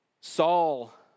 Saul